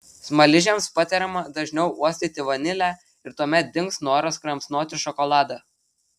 smaližiams patariama dažniau uostyti vanilę ir tuomet dings noras kramsnoti šokoladą